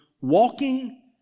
walking